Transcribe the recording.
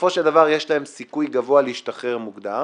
בסופו של דבר יש להם סיכוי גבוה להשתחרר מוקדם